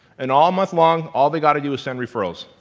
and all month long, all they gotta do is send referrals.